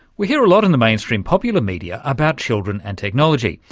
we hear a lot in the mainstream popular media about children and technology,